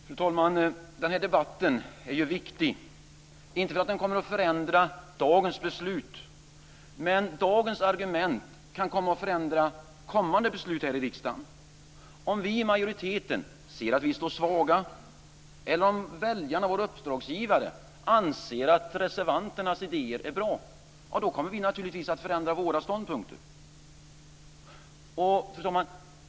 Fru talman! Denna debatt är viktig, inte för att den kommer att förändra dagens beslut, men dagens argument kan komma att förändra kommande beslut i riksdagen. Om vi i majoriteten ser att vi står svaga, eller om väljarna, våra uppdragsgivare, anser att reservanternas idéer är bra, kommer vi naturligtvis att förändra våra ståndpunkter.